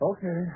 Okay